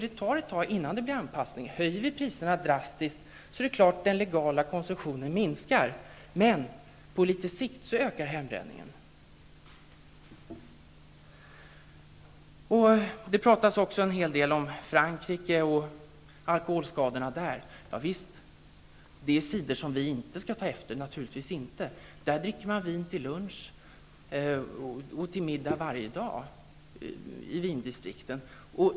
Det tar ett tag innan anpassning sker. Höjer vi priserna drastiskt är det klart att den legala konsumtionen minskar. Men på litet sikt ökar hembränningen. Det pratas också en hel del om Frankrike och alkoholskadorna där. Det är naturligtvis sidor som vi inte skall ta efter. I vindistrikten dricker man vin till lunch och till middag varje dag.